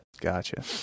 Gotcha